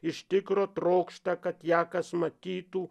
iš tikro trokšta kad ją kas matytų